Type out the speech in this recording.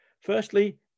Firstly